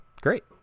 great